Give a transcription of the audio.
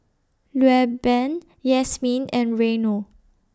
Rueben Yasmine and Reino